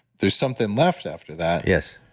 there's something left after that yes